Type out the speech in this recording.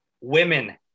women